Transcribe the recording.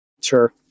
Sure